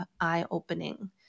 eye-opening